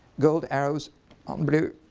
gold arrows on blue.